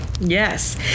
yes